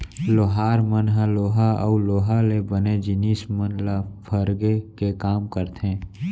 लोहार मन ह लोहा अउ लोहा ले बने जिनिस मन ल फरगे के काम करथे